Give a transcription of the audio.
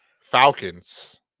Falcons